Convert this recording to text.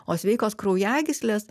o sveikos kraujagyslės